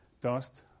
dust